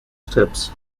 steps